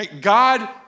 God